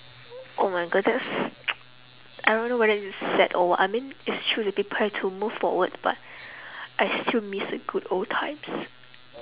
oh my god that's I don't know whether is it sad or what I mean it's true the people have move forward but I still miss the good old times